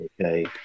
Okay